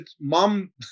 Mom